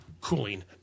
Cooling